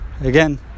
again